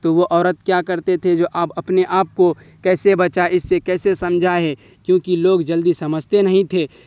تو وہ عورت کیا کرتے تھے جو اب اپنے آپ کو کیسے بچائے اس سے کیسے سمجھائے کیونکہ لوگ جلدی سمجھتے نہیں تھے